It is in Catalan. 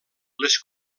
les